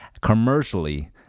commercially